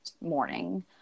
morning